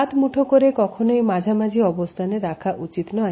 হাত মুঠো করে কখনোই মাঝামাঝি অবস্থানে রাখা উচিত নয়